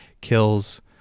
kills